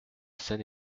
scène